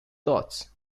dots